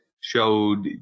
showed